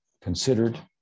considered